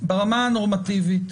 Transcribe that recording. ברמה הנורמטיבית